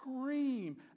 scream